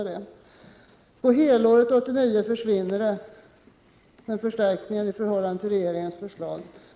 Räknat på kalenderåret 1989 försvinner förbättringen i förhållande till regeringens förslag.